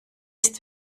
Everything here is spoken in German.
ist